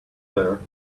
there